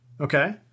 Okay